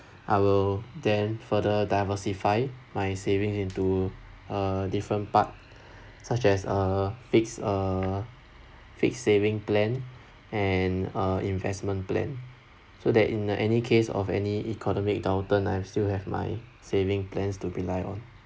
I will then further diversify my saving into err different part such as err fixed err fixed saving plan and uh investment plan so that in any case of any economic downturn I'll still have my saving plans to rely on